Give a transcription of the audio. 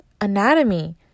anatomy